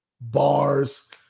Bars